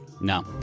No